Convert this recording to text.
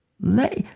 let